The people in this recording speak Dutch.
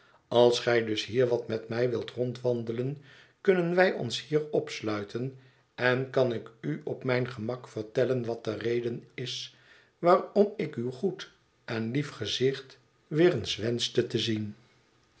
als gij dus hier wat met mij wilt rondwandelen kunnen wij ons hier opsluiten en kan ik u op mijn gemak vertellen wat de reden is waarom ik uw goed en lief gezicht weer eens wenschte te zien